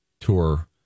tour